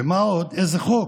ומה עוד, איזה חוק?